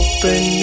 Open